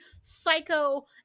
psycho